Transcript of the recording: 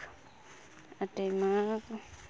ᱟᱴᱮᱭ ᱢᱟᱜᱽ